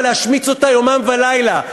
אבל להשמיץ אותה יומם ולילה.